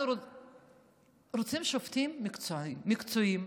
אנחנו רוצים שופטים מקצועיים,